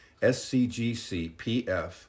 scgcpf